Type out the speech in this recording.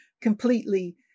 completely